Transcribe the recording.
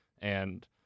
and-